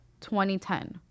2010